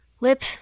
Lip